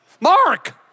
Mark